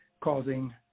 causing